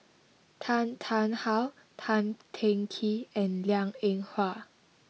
Tan Tarn How Tan Teng Kee and Liang Eng Hwa